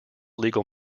legal